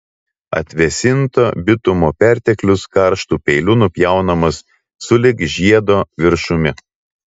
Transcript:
atvėsinto bitumo perteklius karštu peiliu nupjaunamas sulig žiedo viršumi